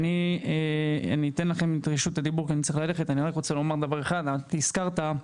אז ברשותכם, אני חייב ללכת,